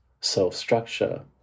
self-structure